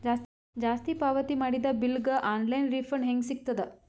ಜಾಸ್ತಿ ಪಾವತಿ ಮಾಡಿದ ಬಿಲ್ ಗ ಆನ್ ಲೈನ್ ರಿಫಂಡ ಹೇಂಗ ಸಿಗತದ?